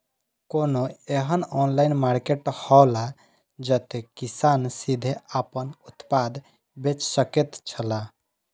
कोनो एहन online market हौला जते किसान सीधे आपन उत्पाद बेच सकेत छला?